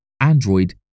Android